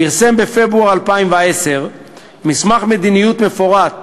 פרסם בפברואר 2010 מסמך מדיניות מפורט,